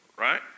Right